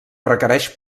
requereix